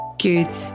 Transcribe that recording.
Good